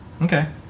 Okay